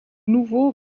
nouveau